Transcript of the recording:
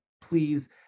please